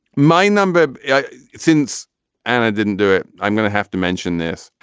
my number yeah since and i didn't do it. i'm going to have to mention this.